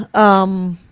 um,